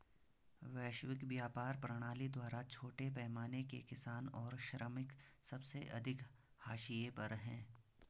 वैश्विक व्यापार प्रणाली द्वारा छोटे पैमाने के किसान और श्रमिक सबसे अधिक हाशिए पर हैं